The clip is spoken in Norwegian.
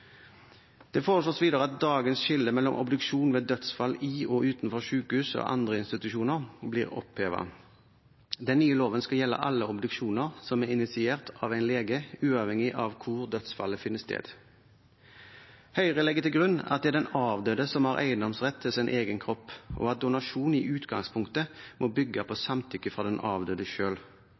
Det foreslås videre at dagens skille mellom obduksjon ved dødsfall i og utenfor sykehus og andre institusjoner blir opphevet. Den nye loven skal gjelde alle obduksjoner som er initiert av en lege, uavhengig av hvor dødsfallet finner sted. Høyre legger til grunn at det er den avdøde som har eiendomsrett til sin egen kropp, og at donasjon i utgangspunktet må bygge på samtykke fra den avdøde